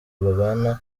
babana